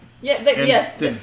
Yes